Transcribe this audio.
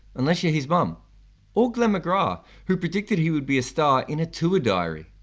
unless you're his mom or glenn mcgrath who predicted he would be a star in a tour diary.